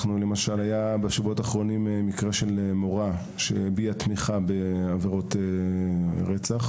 היה בשבועות האחרונים מקרה של מורה שהבעיה תמיכה בעבירות רצח